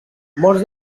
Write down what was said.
molts